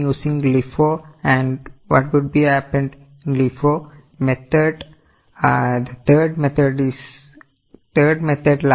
In LIFO method the third method last in first out